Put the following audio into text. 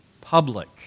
public